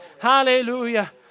Hallelujah